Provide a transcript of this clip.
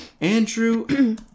Andrew